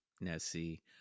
Nessie